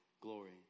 Glory